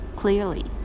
clearly